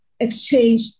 exchange